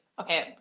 okay